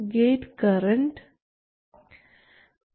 gate current പൂജ്യം ആണ്